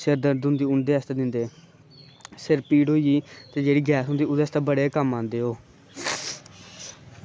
सिरदर्द होंदी उंदे आस्तै दिंदे सिर पीड़ होंदी ते जेह्ड़ी गैस होंदी ते ओह्दे आस्तै बड़े ई आंदे ओह्